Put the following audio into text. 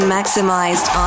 Maximized